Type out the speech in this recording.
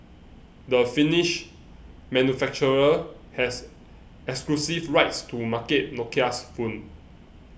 the Finnish manufacturer has exclusive rights to market Nokia's phones